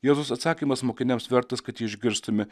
jėzaus atsakymas mokiniams vertas kad jį išgirstume